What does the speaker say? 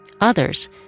others